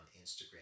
Instagram